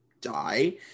die